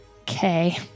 Okay